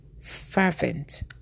fervent